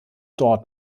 dort